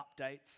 updates